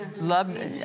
Love